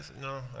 no